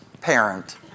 parent